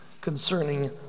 concerning